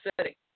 city